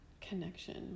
connection